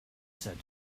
said